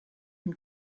him